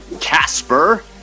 Casper